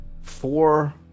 four